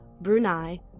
Brunei